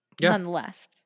Nonetheless